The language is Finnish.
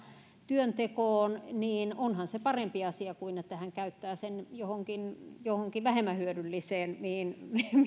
työntekoon niin onhan se parempi asia kuin että hän käyttää sen johonkin johonkin vähemmän hyödylliseen mihin